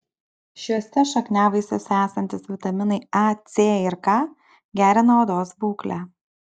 šiuose šakniavaisiuose esantys vitaminai a c ir k gerina odos būklę